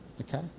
Okay